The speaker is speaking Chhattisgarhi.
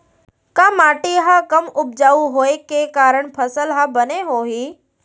का माटी हा कम उपजाऊ होये के कारण फसल हा बने होही?